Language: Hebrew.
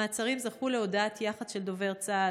המעצרים זכו להודעת יח"צ של דובר צה"ל,